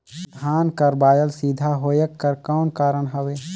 धान कर बायल सीधा होयक कर कौन कारण हवे?